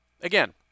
Again